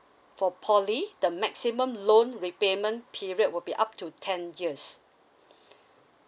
for poly the maximum loan repayment period will be up to ten years